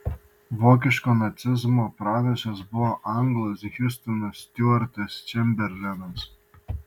vokiškojo nacizmo pranašas buvo anglas hiustonas stiuartas čemberlenas